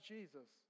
Jesus